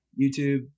YouTube